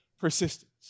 persistence